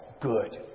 good